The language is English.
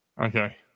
Okay